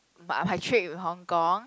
but my trip with Hong-Kong